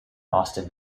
austin